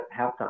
halftime